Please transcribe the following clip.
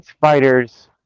fighters